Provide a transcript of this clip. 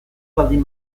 baldin